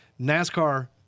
NASCAR